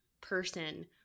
person